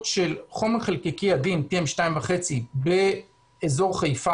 של חומר חלקיקי עדין PM2.5 באזור חיפה